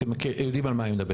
אתם יודעים על מה אני מדבר.